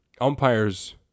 umpires